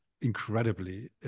incredibly